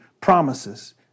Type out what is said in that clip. promises